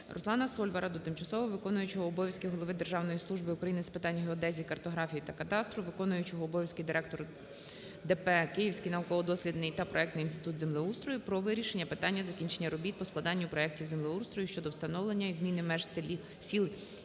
РусланаСольвара до тимчасово виконуючого обов'язки голови Державної служби України з питань геодезії, картографії та кадастру, виконуючого обов'язки директора ДП "Київський науково-дослідний та проектний інститут землеустрою" про вирішення питання закінчення робіт по складанню проектів землеустрою щодо встановлення і зміни меж сіл